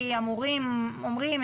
כי המורים אומרים,